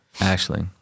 ashley